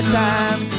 time